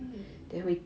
mm